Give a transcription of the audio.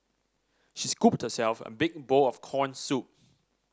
she scooped herself a big bowl of corn soup